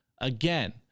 again